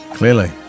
Clearly